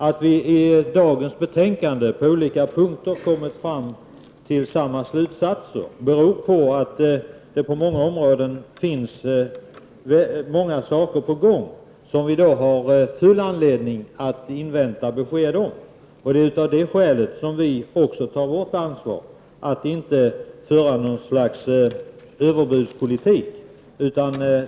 Att vi, när det gäller det betänkande som vi nu diskuterar, på olika punkter kommit fram till samma slutsatser beror på att det på många områden är mycket på gång, som det i dag finns full anledning att invänta besked om. Av detta skäl tar också vi vårt ansvar att inte föra något slags överbudspolitik.